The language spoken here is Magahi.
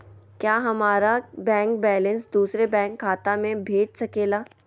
क्या हमारा बैंक बैलेंस दूसरे बैंक खाता में भेज सके ला?